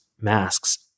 masks